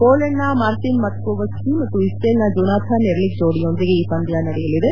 ಪೋಲೆಂಡ್ನ Marcin Matkowski ಮತ್ತು ಇಶ್ರೇಲ್ನ Jonathan Erlich ಜೋಡಿಯೊಂದಿಗೆ ಈ ಪಂದ್ಯ ನಡೆಯಲಿದೆ